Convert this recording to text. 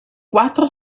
quattro